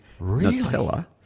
Nutella